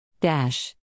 Dash